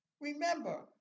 Remember